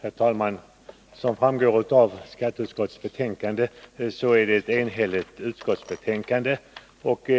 Herr talman! Som framgår av skatteutskottets betänkande är det ett enhälligt betänkande.